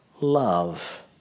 love